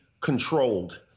controlled